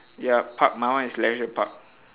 yup park my one is leisure park